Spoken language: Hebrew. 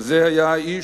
כזה היה האיש,